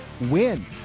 win